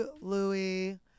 Louis